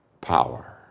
power